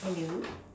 hello